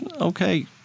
okay